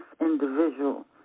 individual